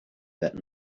that